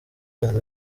byanze